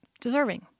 deserving